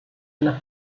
alla